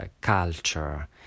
culture